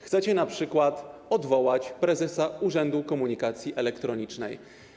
Chcecie np. odwołać prezesa Urzędu Komunikacji Elektronicznej.